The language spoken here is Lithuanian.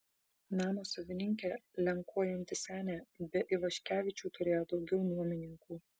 namo savininkė lenkuojanti senė be ivaškevičių turėjo daugiau nuomininkų